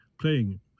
playing